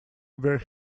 where